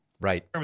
Right